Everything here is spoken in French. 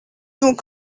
donc